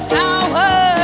power